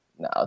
No